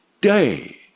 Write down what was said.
day